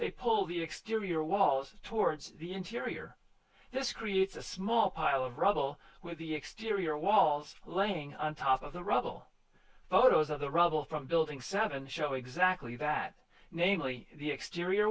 they pull the exterior walls towards the interior this creates a small pile of rubble where the exterior walls laying on top of the rubble photos of the rubble from building seven to show exactly that namely the exterior